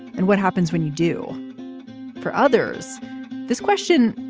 and what happens when you do for others this question.